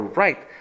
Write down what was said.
right